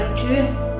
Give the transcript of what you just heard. truth